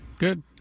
Good